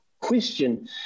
question